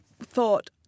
thought